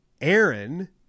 Aaron